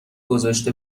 گذاشته